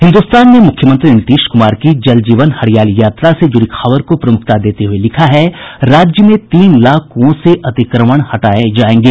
हिन्दुस्तान ने मुख्यमंत्री नीतीश कुमार की जल जीवन हरियाली यात्रा से जुड़ी खबर को प्रमुखता देते हुये लिखा है राज्य में तीन लाख कुओं से अतिक्रमण हटाये जायेंगे